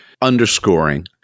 underscoring